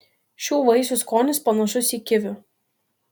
šių vaisių skonis panašus į kivių